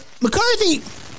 McCarthy